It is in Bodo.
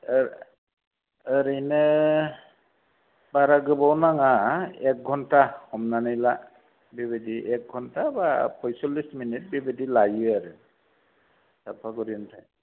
ओरैनो बारा गोबाव नाङा एख घन्टा हमनानै ला बेबायदि एख घन्टा बा फयस'लिस मिनिट बेबायदि लायो आरो साफागुरिनिफ्राय